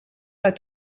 uit